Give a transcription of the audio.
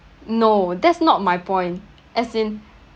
no that's not my point as in